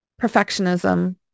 perfectionism